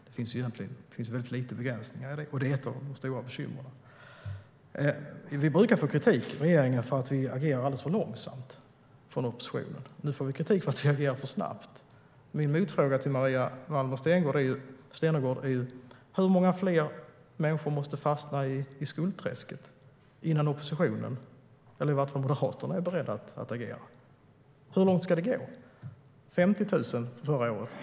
Det finns väldigt få begränsningar, och det är ett av de stora bekymren. Regeringen brukar få kritik från oppositionen för att vi agerar alldeles för långsamt. Nu får vi kritik för att vi agerar för snabbt. Min motfråga till Maria Malmer Stenergard är: Hur många fler människor måste fastna i skuldträsket innan Moderaterna är beredda att agera? Hur långt ska det gå? Det var 50 000 förra året.